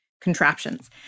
contraptions